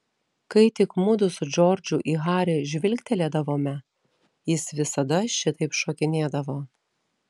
kai tik mudu su džordžu į harį žvilgtelėdavome jis visada šitaip šokinėdavo